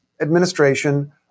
administration